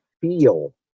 feel